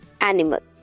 animal